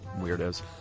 Weirdos